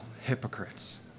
hypocrites